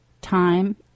time